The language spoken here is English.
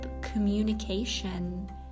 communication